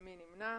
מי נמנע?